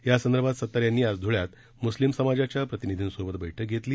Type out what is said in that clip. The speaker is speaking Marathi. यासंदर्भात सत्तार यांनी आज धुळ्यात मुस्लीम समाजाच्या प्रतिनिधींसोबत बैठक घेतली